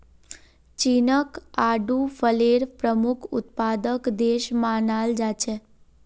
चीनक आडू फलेर प्रमुख उत्पादक देश मानाल जा छेक